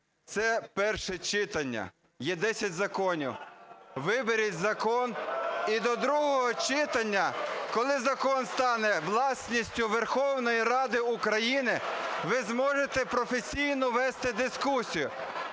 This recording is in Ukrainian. Це перше читання. Є 10 законів, виберіть закон і до другого читання, коли закон стане власністю Верховної Ради України, ви зможете професійно вести дискусію.